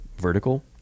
vertical